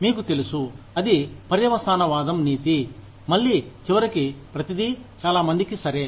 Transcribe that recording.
మీకు తెలుసు అది పర్యవసానవాదం నీతి మళ్లీ చివరికి ప్రతిదీ చాలా మందికి సరే